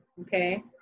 okay